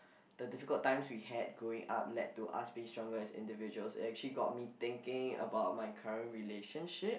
the difficult times we had growing up led to us being stronger as individuals it actually got me thinking about my current relationship